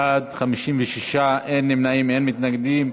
בעד, 56, אין נמנעים, אין מתנגדים.